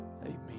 Amen